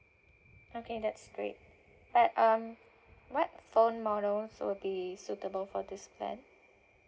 okay that's great but um what phone models will be suitable for this plan